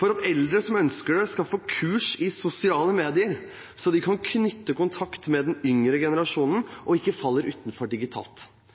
for at eldre som ønsker det, skal få kurs i sosiale medier, så de kan knytte kontakt med den yngre generasjonen og ikke falle utenfor digitalt.